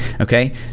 Okay